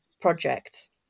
projects